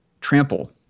trample